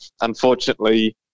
Unfortunately